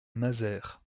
mazères